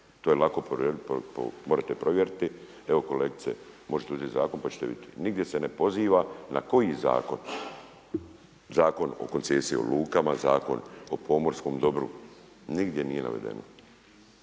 To je lako morete provjeriti, evo kolegice možete uzeti zakon pa ćete vidjeti. Nigdje se ne poziva na koji zakon, Zakon o koncesiji o lukama, Zakon o pomorskom dobru, nigdje nije navedeno.